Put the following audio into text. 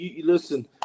Listen